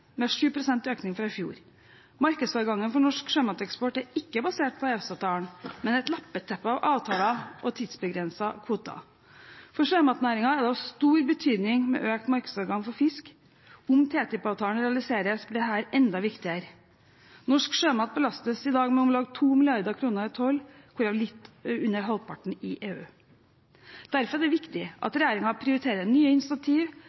med 7 pst. økning fra i fjor. Markedsadgangen for norsk sjømateksport er ikke basert på EØS-avtalen, men et lappeteppe av avtaler og tidsbegrensede kvoter. For sjømatnæringen er det av stor betydning med økt markedsadgang for fisk. Om TTIP-avtalen realiseres, blir dette enda viktigere. Norsk sjømat belastes i dag med om lag 2 mrd. kr i toll, hvorav litt under halvparten i EU. Derfor er det viktig at regjeringen prioriterer nye initiativ